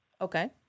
Okay